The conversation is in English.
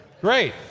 great